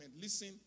listen